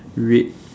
red